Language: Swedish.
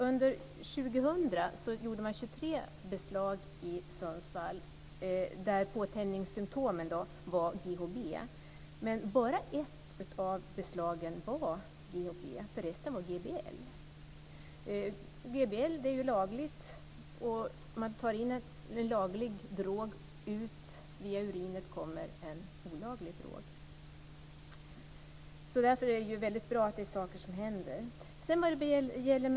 Under 2000 gjorde man i Sundsvall 23 tillslag där påtändningssymtomen indikerade GHB, men bara ett av tillslagen visade sig relatera till GHB. Resten hade GBL. GBL är en laglig drog. Man tar in en laglig drog, och ut via urinet kommer en olaglig drog. Det är därför väldigt bra att det händer saker.